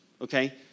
Okay